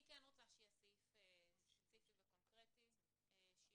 אני כן רוצה שיהיה סעיף ספציפי וקונקרטי שיהיה